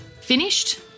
finished